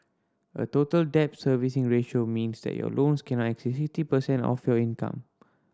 a Total Debt Servicing Ratio means that your loans cannot exceed sixty percent of your income